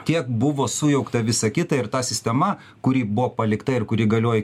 tiek buvo sujaukta visa kita ir ta sistema kuri buvo palikta ir kuri galioja